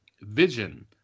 Vision